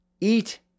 eat